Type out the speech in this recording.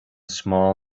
small